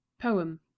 Poem